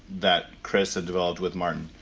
that chris had developed with martin.